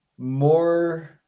more